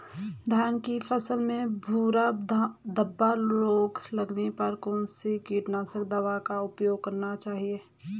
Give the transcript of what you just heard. धान की फसल में भूरा धब्बा रोग लगने पर कौन सी कीटनाशक दवा का उपयोग करना चाहिए?